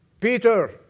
Peter